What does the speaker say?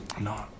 No